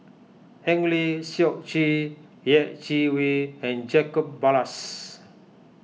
Eng Lee Seok Chee Yeh Chi Wei and Jacob Ballas